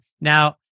Now